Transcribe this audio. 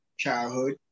childhood